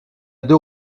deux